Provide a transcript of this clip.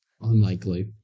unlikely